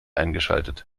eingeschaltet